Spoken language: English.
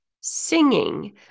singing